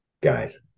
Guys